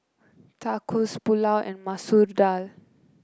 Tacos Pulao and Masoor Dal